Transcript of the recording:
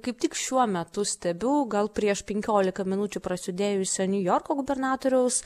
kaip tik šiuo metu stebiu gal prieš penkiolika minučių prasidėjusią niujorko gubernatoriaus